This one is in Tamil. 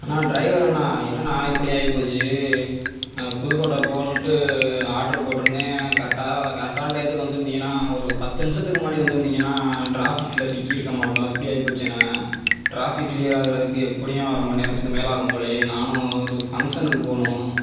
அண்ணா டிரைவர் அண்ணா என்னண்ணா இப்படி ஆகிப்போச்சு நான் புதுக்கோட்டை போகணும்ன்டு ஆடர் போட்டிருந்தேன் கரெக்டா கரெக்டான டயத்துக்கு வந்து இருந்தீங்கன்னா ஒரு பத்து நிமிஷத்துக்கு முன்னாடி வந்து இருந்தீங்கன்னா டிராஃபிக்கில் சிக்கி இருக்கமாட்டோம் இப்படி ஆகிப்போச்சே அண்ணா டிராஃபிக் க்ளியர் ஆகுறதுக்கு எப்படியும் அரை மணி நேரத்துக்கு மேல் ஆகும்போலயே நானும் ஒரு ஃபங்க்சன்கு போகணும்